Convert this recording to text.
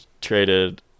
traded